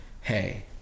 Hey